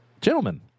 Gentlemen